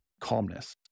calmness